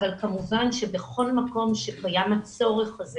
אבל כמובן שבכל מקום שקיים הצורך הזה